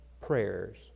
prayers